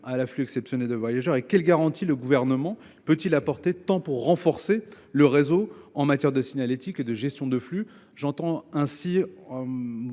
à l’afflux exceptionnel de voyageurs ? Quelles garanties le Gouvernement peut il apporter pour renforcer le réseau, en matière tant de signalétique que de gestion de flux ? Pouvez vous